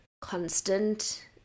constant